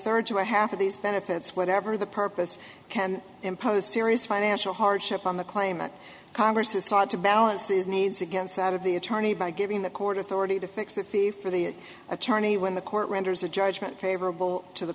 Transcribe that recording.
third to a half of these benefits whatever the purpose can impose serious financial hardship on the claimant congress has sought to balance these needs against the out of the attorney by giving the court authority to fix that fee for the attorney when the court renders a judgment favorable to the